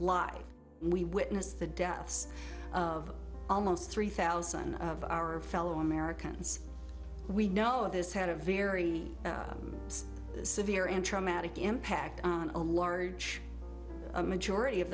and we witnessed the deaths of almost three thousand of our fellow americans we know this had a very severe and traumatic impact on a large majority of